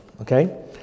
Okay